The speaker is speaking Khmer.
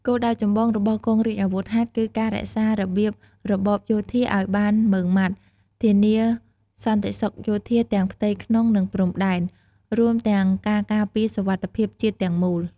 គោលដៅចម្បងរបស់កងរាជអាវុធហត្ថគឺការរក្សារបៀបរបបយោធាឲ្យបានម៉ឺងម៉ាត់ ធានាសន្តិសុខយោធាទាំងផ្ទៃក្នុងនិងព្រំដែន រួមទាំងការការពារសុវត្ថិភាពជាតិទាំងមូល។